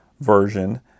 version